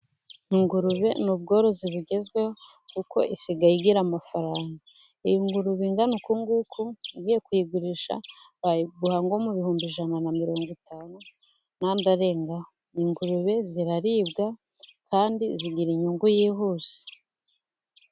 Ingurube n' ubworozi bugezweho, kuko isigaye igira amafaranga. Ingurube ingana uku nguku ugiye kuyigurisha, bayigura nko mu bihumbi ijana na mirongo itanu nandi arengaho. Ingurube ziraribwa kandi zigira inyungu yihuse.